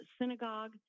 synagogue